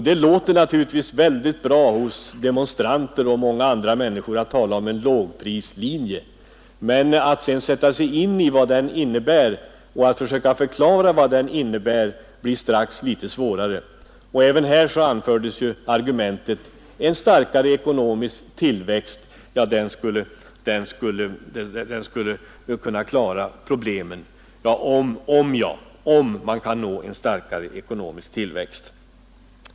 Det låter naturligtvis väldigt bra hos demonstranter och många andra människor att tala om en lågprislinje, men att sedan sätta sig in i vad den innebär och försöka förklara detta blir strax litet svårare. Även härvidlag anfördes argumentet att en starkare ekonomisk tillväxt skulle kunna klara problemen. Ja, men det gäller just om man kan nå en starkare ekonomisk tillväxt.